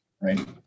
right